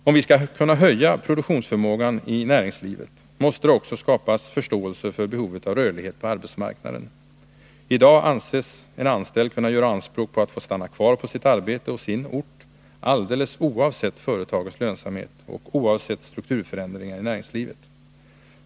Om vi skall kunna höja produktionsförmågan i näringslivet, måste det också skapas förståelse för behovet av rörlighet på arbetsmarknaden. I dag anses en anställd kunna göra anspråk på att få stanna kvar på sitt arbete och i sin ort alldeles oavsett företagets lönsamhet och oavsett strukturförändringar i näringslivet.